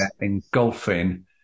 engulfing